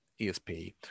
ESP